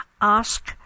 Ask